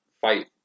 fight